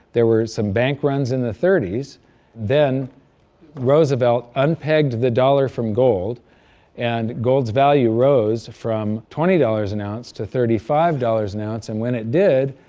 there were some bank runs in the thirty s then roosevelt unpegged the dollar from gold and gold's value rose from twenty dollars an ounce to thirty five dollars an ounce. and when it did,